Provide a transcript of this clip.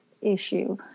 issue